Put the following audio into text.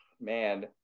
man